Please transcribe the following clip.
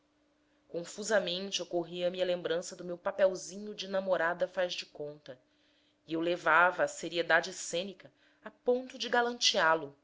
confusamente ocorria me a lembrança do meu papelzinho de namorada faz de conta e eu levava a seriedade cênica a ponto de